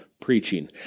preaching